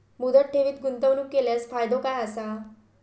मुदत ठेवीत गुंतवणूक केल्यास फायदो काय आसा?